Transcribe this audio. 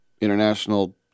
international